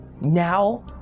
Now